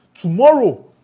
Tomorrow